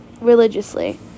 religiously